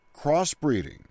crossbreeding